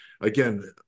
again